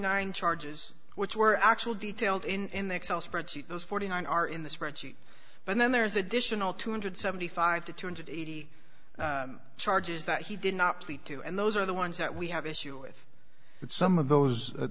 nine charges which were actual detailed in the excel spreadsheet those forty nine are in the spreadsheet but then there's additional two hundred seventy five to two hundred eighty charges that he did not plea to and those are the ones that we have issue with but some of those